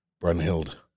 Brunhild